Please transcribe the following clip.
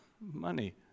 money